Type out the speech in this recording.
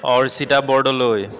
Archita Bordoloi